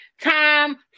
time